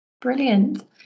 Brilliant